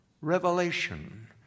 revelation